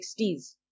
60s